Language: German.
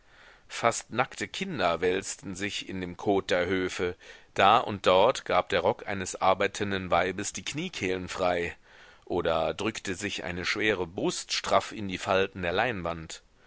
fast nackte kinder wälzten sich in dem kot der höfe da und dort gab der rock eines arbeitenden weibes die kniekehlen frei oder drückte sich eine schwere brust straff in die falten der leinwand